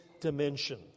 dimension